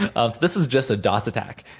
ah this is just a dos attack,